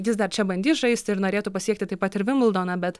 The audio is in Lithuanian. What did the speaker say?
jis dar čia bandys žaisti ir norėtų pasiekti taip pat ir vimbldoną bet